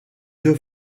deux